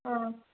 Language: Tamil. ஆ